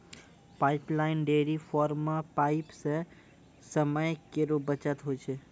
pipeline dairy farm म pipe सें समय केरो बचत होय छै